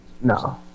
No